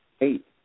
eight